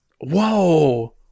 Whoa